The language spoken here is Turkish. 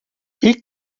i̇lk